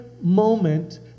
moment